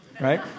Right